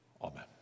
amen